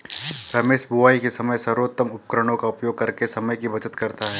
रमेश बुवाई के समय सर्वोत्तम उपकरणों का उपयोग करके समय की बचत करता है